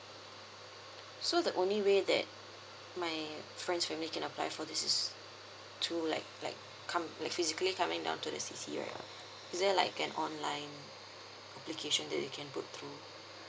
so the only way that my friend's family can apply for this is to like like come like physically coming down to the C_C right is there like an online application that we can put through